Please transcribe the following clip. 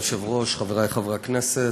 אדוני היושב-ראש, חברי חברי הכנסת,